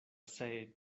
say